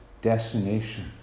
destination